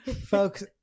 folks